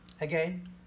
Again